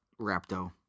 Raptor